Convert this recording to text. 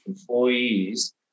employees